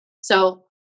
So-